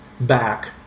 back